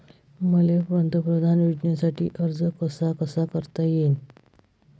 मले पंतप्रधान योजनेसाठी अर्ज कसा कसा करता येईन?